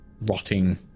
rotting